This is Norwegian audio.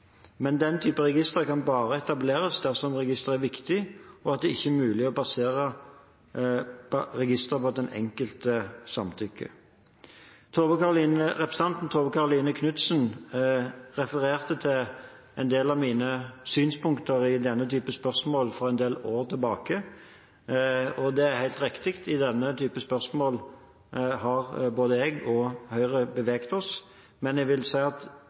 Men den type registre kan bare etableres dersom registeret er viktig og det ikke er mulig å basere registeret på at den enkelte samtykker. Representanten Tove Karoline Knutsen refererte til en del av mine synspunkter i denne type spørsmål for en del år tilbake. Det er helt riktig at i denne type spørsmål har både jeg og Høyre beveget oss. Men